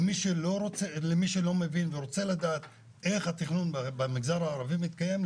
למי שלא מבין ורוצה לדעת איך התכנון במגזר הערבי מתקיים.